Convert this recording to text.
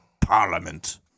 parliament